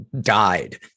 died